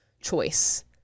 choice